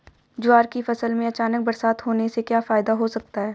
ज्वार की फसल में अचानक बरसात होने से क्या फायदा हो सकता है?